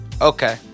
Okay